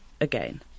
again